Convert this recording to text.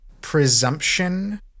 presumption